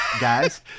guys